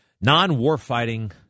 non-warfighting